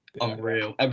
unreal